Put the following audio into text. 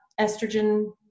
estrogen